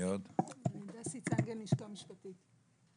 דסי צנגן, ייעוץ המשפטי.